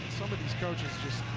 some of these coaches just